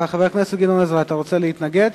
חבר הכנסת גדעון עזרא, אתה רוצה להתנגד?